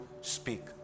speak